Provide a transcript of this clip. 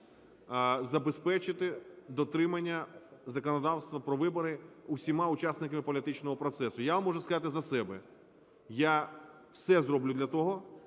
забезпечити дотримання законодавства про вибори усіма учасниками політичного процесу. Я вам можу сказати за себе: я все зроблю для того,